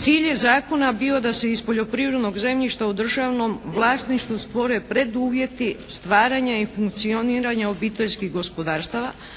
Cilj je zakona bio da se iz poljoprivrednog zemljišta u državnom vlasništvu stvore preduvjeti stvaranja i funkcioniranja obiteljskih gospodarstava